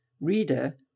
Reader